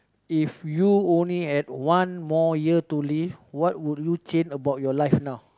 if you only had one more year to live what would you change about your life now